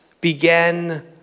began